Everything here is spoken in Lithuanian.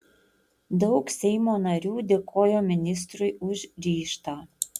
daug seimo narių dėkojo ministrui už ryžtą